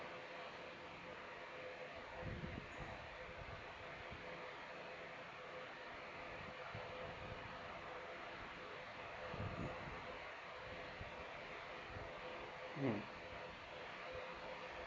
mm